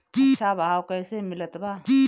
अच्छा भाव कैसे मिलत बा?